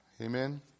Amen